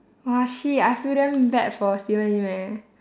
!wah! shit I feel damn bad for steven lim eh